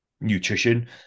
nutrition